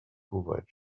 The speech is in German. kuwait